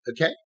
okay